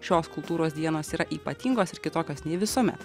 šios kultūros dienos yra ypatingos ir kitokios nei visuomet